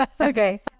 Okay